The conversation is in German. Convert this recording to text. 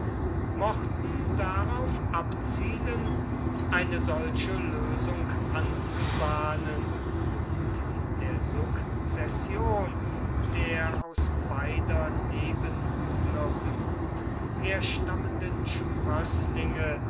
mochten darauf abzielen eine solche lösung anzubahnen und in der sukzession der aus beider nebenbuhler blut herstammenden sprößlinge